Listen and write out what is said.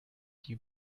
die